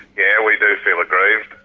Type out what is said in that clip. yeah we do feel aggrieved.